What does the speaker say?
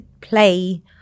play